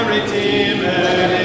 Redeemer